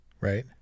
right